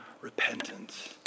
repentance